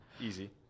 Easy